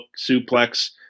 suplex